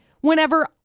whenever